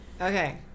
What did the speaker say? okay